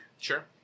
Sure